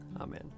Amen